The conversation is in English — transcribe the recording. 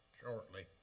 shortly